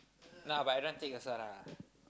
no ah but I don't want to take also lah